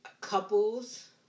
couples